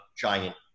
giant